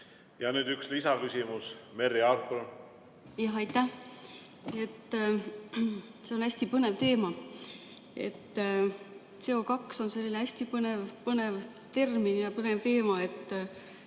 Nüüd üks lisaküsimus. Merry Aart. Aitäh! See on hästi põnev teema, CO2on selline hästi põnev-põnev termin ja põnev teema.